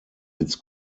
its